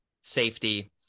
safety